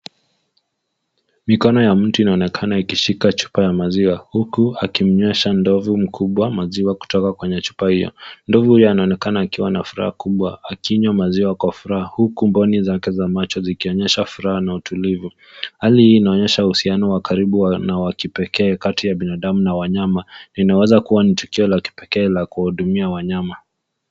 Mikono ya mtu inaonekana ikishika chupa ya masiwa huku akimyesha ndovu kubwa kutoka kwenye chupa io, ndovu huyo anaonekana akiwa na furaha kubwa akinywa maziwa kwa furaha huku ngoni za macho zingionyesha furaha na utulivu hali hii inaonyesha usiano wa karibu na wa kipekee kati ya binadamu na wanyama, linaweza kuwa ni tukio la kipekee la kuhudumia wanyama.